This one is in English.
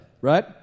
right